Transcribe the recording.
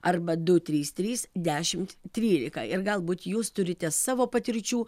arba du trys trys dešimt dvylika ir galbūt jūs turite savo patirčių